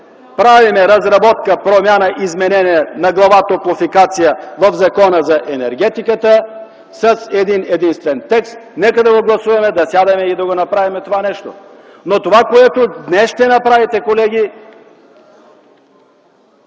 правим разработка, промяна, изменение на Глава „Топлофикация” в Закона за енергетиката с един-единствен текст, нека да го гласуваме и да го направим това нещо. Но това, което днес ще направите, колеги,